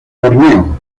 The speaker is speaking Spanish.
borneo